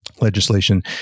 legislation